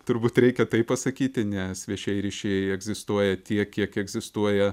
turbūt reikia taip pasakyti nes viešieji ryšiai egzistuoja tiek kiek egzistuoja